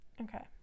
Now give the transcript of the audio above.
Okay